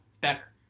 better